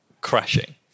crashing